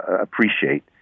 appreciate